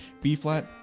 B-flat